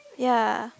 ya